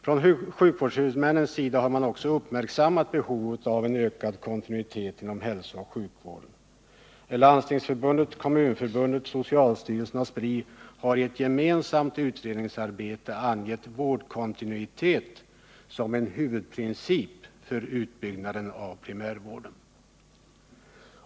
Från sjukvårdshuvudmännens sida har man också uppmärksammat behovet av en ökad kontinuitet inom hälsooch sjukvården. Landstingsförbundet, Kommunförbundet, socialstyrelsen och Spri har i ett gemensamt utredningsarbete angett vårdkontinuitet som en huvudprincip för utbyggnaden av primärvården.